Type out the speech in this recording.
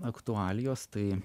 aktualijos tai